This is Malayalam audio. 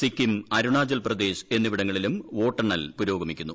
സിക്കിം അരുണാചൽ പ്രദേശ് എന്നിവിടങ്ങളിലും വോട്ടെണ്ണൽ പുരോഗമിക്കുന്നു